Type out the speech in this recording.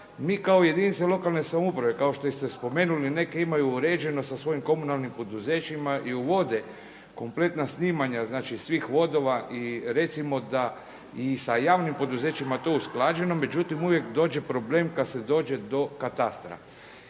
Mi kao jedinice lokalne samouprave kao što ste spomenuli neke imaju uređeno sa svojim komunalnim poduzećima i uvode kompletna snimanja svih vodova i recimo da i sa javnim poduzećima to usklađeno, međutim uvijek dođe problem kada se dođe do katastra.